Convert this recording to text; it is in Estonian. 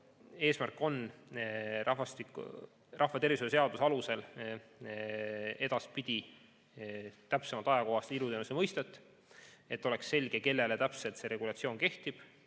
Eesmärk on rahvatervishoiu seaduse alusel edaspidi täpsemalt ajakohastada iluteenuse mõistet, et oleks selge, kelle kohta täpselt see regulatsioon kehtib,